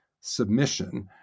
submission